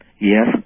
Yes